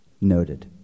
Noted